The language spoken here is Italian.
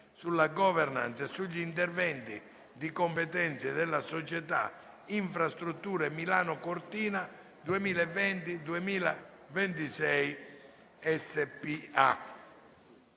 sulla *governance* e sugli interventi di competenza della Società «Infrastrutture Milano Cortina 2020-2026